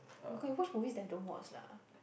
you can watch movies that I don't watch lah